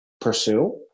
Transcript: pursue